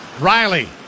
Riley